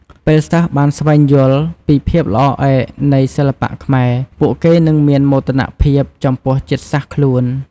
ពេលសិស្សបានស្វែងយល់ពីភាពល្អឯកនៃសិល្បៈខ្មែរ ពួកគេនឹងមានមោទនភាពចំពោះជាតិសាសន៍ខ្លួន។